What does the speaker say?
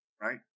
Right